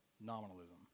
nominalism